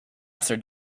after